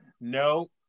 no